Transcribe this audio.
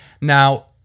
Now